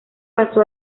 pasó